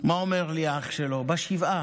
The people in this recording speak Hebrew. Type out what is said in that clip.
מה אומר לי אח שלו בשבעה?